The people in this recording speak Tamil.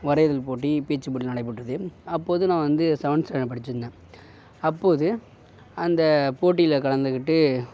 வரைதல் போட்டி பேச்சு போட்டி நடைபெற்றது அப்போது நான் வந்து செவன்த் ஸ்டாண்டர்ட் படிச்சுட்டு இருந்தேன் அப்போது அந்த போட்டியில் கலந்துக்கிட்டு